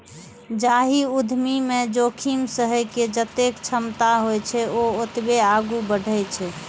जाहि उद्यमी मे जोखिम सहै के जतेक क्षमता होइ छै, ओ ओतबे आगू बढ़ै छै